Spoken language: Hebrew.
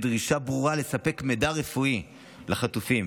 בדרישה ברורה לספק מידע רפואי לחטופים